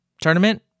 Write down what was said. tournament